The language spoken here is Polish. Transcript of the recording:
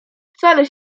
wcale